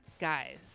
Guys